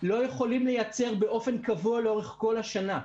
לא יכולים לייצר באופן קבוע לאורך כל השנה.